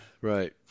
right